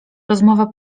rozmowa